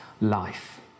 life